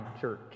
church